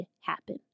happen